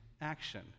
action